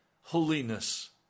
holiness